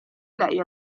lei